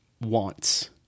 wants